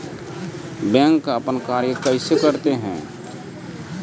Bank अपन कार्य कैसे करते है?